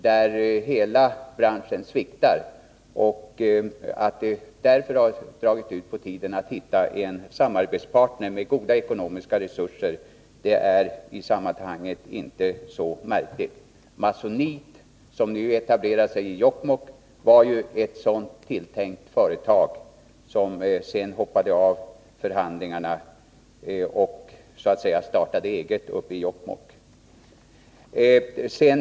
Hela den branschen sviktar. Att det har dragit ut på tiden att hitta en samarbetspartner med goda ekonomiska resurser är därför inte så märkligt. Masonite AB var en sådan tilltänkt partner, som sedan hoppade av förhandlingarna och startade eget uppe i Jokkmokk.